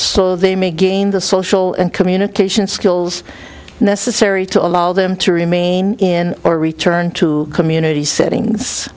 so they may gain the social and communication skills necessary to allow them to remain in or return to community settings